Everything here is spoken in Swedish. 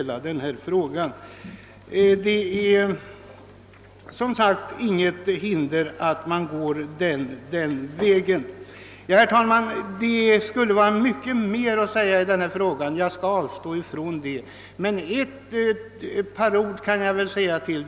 Och det föreligger som sagt inga hinder att gå den vägen. Det skulle vara mycket mer att säga härom, men jag skall avstå från det. Några ord vill jag emellertid tillägga.